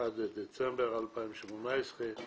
היום 31 בדצמבר 2018,